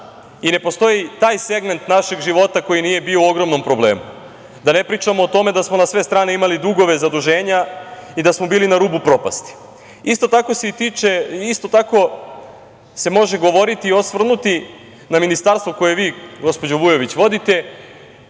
i ne postoji taj segment našeg života koji nije bio u ogromnom problemu. Da ne pričamo o tome da smo na sve strane imali dugove, zaduženja i da smo bili na rubu propasti. Isto tako se može govoriti i osvrnuti na ministarstvo koje vi, gospođo Vujović, vodite,